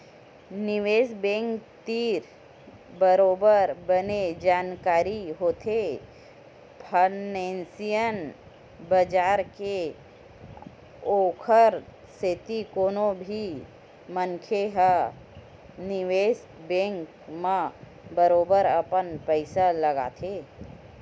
निवेस बेंक तीर बरोबर बने जानकारी होथे फानेंसियल बजार के ओखर सेती कोनो भी मनखे ह निवेस बेंक म बरोबर अपन पइसा लगाथे